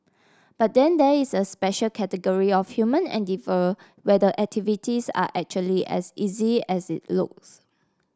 but then there is a special category of human endeavour where the activities are actually as easy as it looks